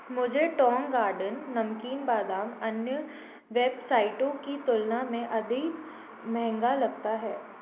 मुझे Tong Garden नमकीन बादाम अन्य वेबसाइटों की तुलना में अधिक महंगा लगता है